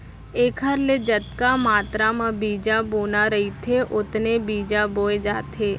एखर ले जतका मातरा म बीजा बोना रहिथे ओतने बीजा बोए जाथे